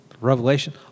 Revelation